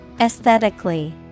Aesthetically